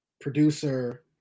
Producer